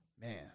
Man